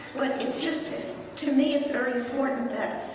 but it's just to me, it's very important that,